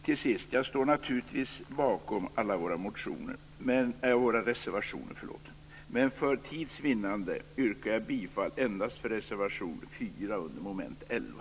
Till sist: Jag står naturligtvis bakom alla våra reservationer men för tids vinnande yrkar jag bifall endast till reservation 4 under mom. 11.